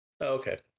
Okay